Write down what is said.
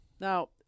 Now